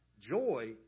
Joy